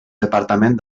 departament